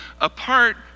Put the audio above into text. Apart